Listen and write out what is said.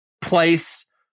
place